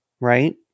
right